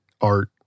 art